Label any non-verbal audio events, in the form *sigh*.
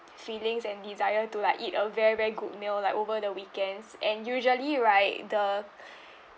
feelings and desire to like eat a very very good meal like over the weekends and usually right the *breath*